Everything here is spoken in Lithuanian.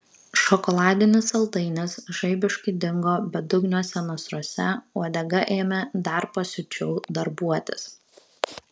šokoladinis saldainis žaibiškai dingo bedugniuose nasruose uodega ėmė dar pasiučiau darbuotis